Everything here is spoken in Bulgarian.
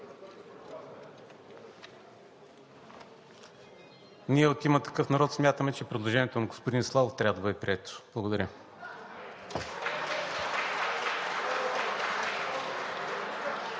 Ние от „Има такъв народ“ смятаме, че предложението на господин Славов трябва да бъде прието. Благодаря.